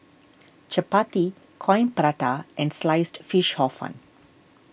Chappati Coin Prata and Sliced Fish Hor Fun